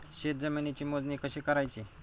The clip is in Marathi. शेत जमिनीची मोजणी कशी करायची?